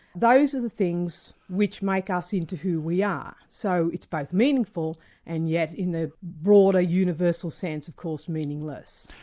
those are the things which make us into who we are, so it's both meaningful and yet in the broader universal sense, of course meaningless.